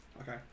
Okay